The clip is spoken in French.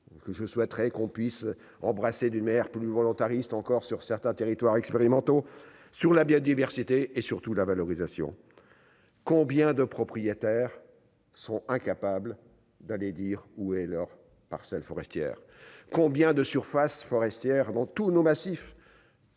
je souhaiterais qu'on puisse embrasser d'une maire plus volontariste encore sur certains territoires expérimentaux sur la biodiversité et surtout la valorisation combien de propriétaires sont incapables d'aller dire où est leur parcelle forestière combien de surfaces forestières dans tous nos massifs.